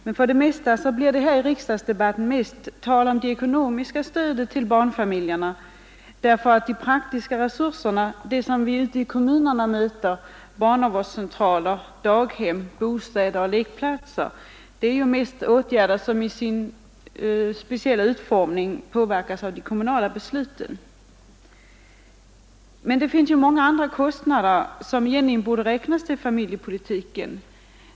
Men för det mesta blir det här i riksdagsdebatten mest tal om det ekonomiska stödet till barnfamiljerna, därför att de praktiska resurserna som vi ute i kommunerna möter — barnavårdscentraler, daghem, bostäder och lekplatser — mest är åtgärder som i sin speciella utformning påverkas av de kommunala besluten. Det finns dock många andra kostnader som egentligen borde räknas till familjepolitiken.